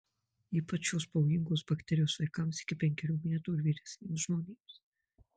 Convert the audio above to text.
ypač šios pavojingos bakterijos vaikams iki penkerių metų ir vyresniems žmonėms